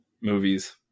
movies